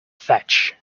thatch